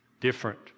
Different